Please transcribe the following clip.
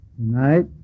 Tonight